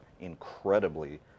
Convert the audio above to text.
incredibly